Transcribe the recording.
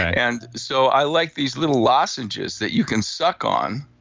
and so, i like these little lozenges that you can suck on.